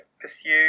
pursue